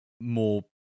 more